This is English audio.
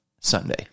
Sunday